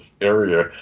area